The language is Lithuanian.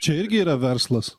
čia irgi yra verslas